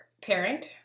parent